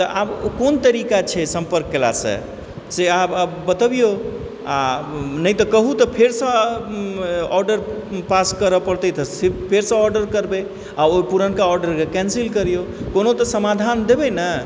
तऽ आब कोन तरीका छै सम्पर्क केलासँ से आब बतबियौ आ नहि तऽ कहू तऽ फेरसँ आर्डर पास करऽ पड़तै तऽ से फेरसँ आर्डर करबै आ ओ पुरनका आर्डरके कैंसिल करियौ कोनो तऽ समाधान देबै ने